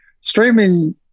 streaming